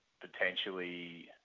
potentially